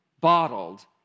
bottled